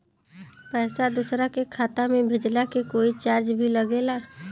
पैसा दोसरा के खाता मे भेजला के कोई चार्ज भी लागेला?